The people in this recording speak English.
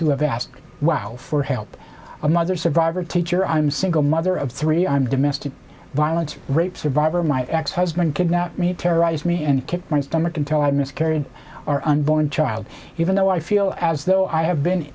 who have asked wow for help a mother survivor teacher i'm single mother of three i'm domestic violence rapes viber my ex husband kidnap me and terrorize me and kill my stomach until i miscarried our unborn child even though i feel as though i have been